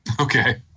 Okay